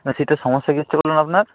হ্যাঁ সেটার সমস্যা কী হচ্ছে বলুন আপনার